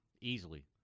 Easily